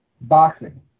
Boxing